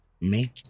make